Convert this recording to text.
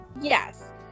Yes